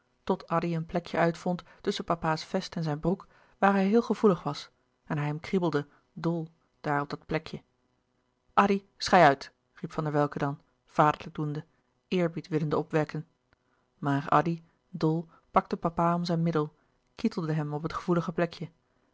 addy een plekje uitvond tusschen papa's vest en zijn broek waar hij heel gevoelig was en hij hem kriebelde dol daar op dat plekje addy schei uit riep van der welcke dan vaderlijk doende eerbied willende opwekken maar addy dol pakte papa om zijn middel kietelde hem op het gevoelige plekje